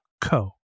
co